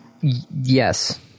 Yes